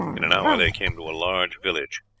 in an hour they came to a large village.